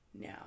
now